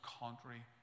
contrary